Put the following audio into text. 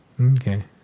Okay